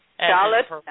Charlotte